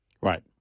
Right